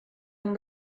amb